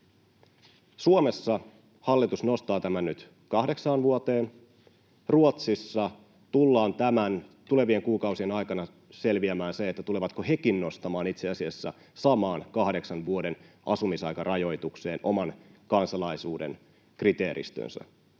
Suomessa hallitus nostaa tämän nyt kahdeksaan vuoteen. Ruotsissa tulee tulevien kuukausien aikana selviämään se, tulevatko hekin nostamaan itse asiassa samaan kahdeksan vuoden asumisaikarajoitukseen oman kansalaisuuden kriteeristönsä.